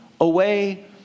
away